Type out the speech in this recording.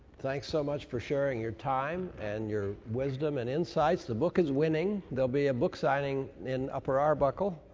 thanks so much for sharing your time and your wisdom and insights. the book is winning. there'll be a book signing in upper arbuckle.